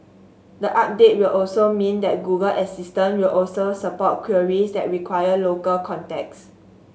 the update will also mean that Google Assistant will also support queries that require local context